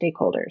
stakeholders